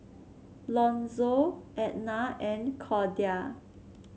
Lonzo Etna and Cordia